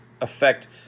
affect